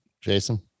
Jason